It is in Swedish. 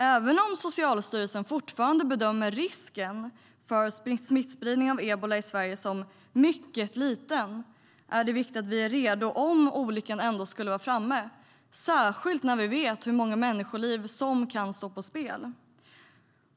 Även om Socialstyrelsen fortfarande bedömer risken för smittspridning av ebola i Sverige som mycket liten är det viktigt att vi är redo om olyckan ändå skulle vara framme, särskilt när vi vet hur många människoliv som kan stå på spel.